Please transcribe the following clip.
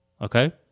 Okay